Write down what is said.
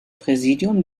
präsidium